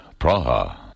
Praha